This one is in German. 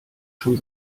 schon